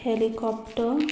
helicopter